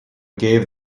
gave